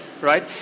right